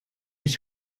ich